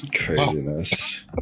Craziness